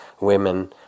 women